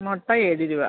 മുട്ട ഏഴ് രൂപ